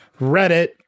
Reddit